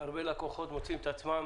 מוצאים את עצמם